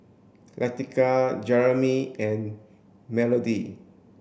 Leticia Jeremey and Melodie